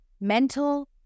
mental